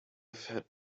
fährt